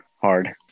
hard